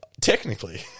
Technically